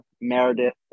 Meredith